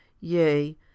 Yea